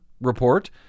report